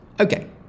Okay